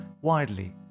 widely